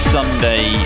Sunday